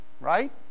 right